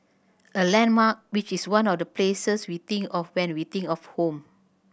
a landmark which is one of the places we think of when we think of home